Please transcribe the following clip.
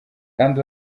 kandi